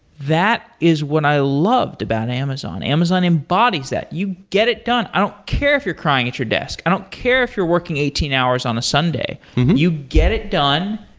that is what i loved about amazon. amazon embodies that. you get it done. i don't care if you're crying at your desk. don't care if you're working eighteen hours on a sunday. you get it done.